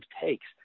takes